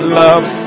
love